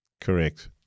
Correct